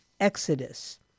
Exodus